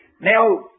Now